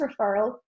referral